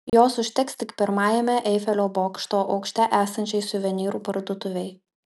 jos užteks tik pirmajame eifelio bokšto aukšte esančiai suvenyrų parduotuvei